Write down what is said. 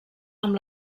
amb